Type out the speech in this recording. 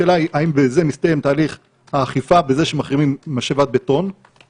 השאלה אם בזה שמחרימים משאבת בטון מסתיים תהליך האכיפה,